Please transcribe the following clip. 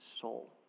soul